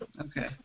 okay